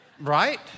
Right